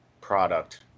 product